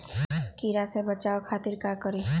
कीरा से बचाओ खातिर का करी?